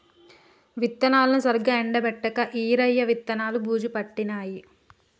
విత్తనాలను సరిగా ఎండపెట్టక ఈరయ్య విత్తనాలు బూజు పట్టినాయి